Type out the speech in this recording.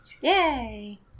Yay